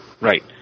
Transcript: Right